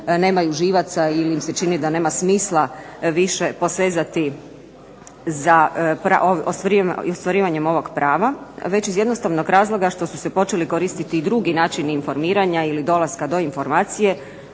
nemaju živaca ili im se čini da nema smisla više posezati za ostvarivanjem ovog prava, već iz jednostavnog razloga što su se počeli koristiti i drugi načini informiranja ili dolaska do informacije,